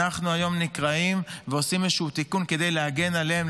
אנחנו היום נקראים ועושים איזשהו תיקון כדי להגן עליהם,